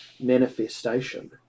manifestation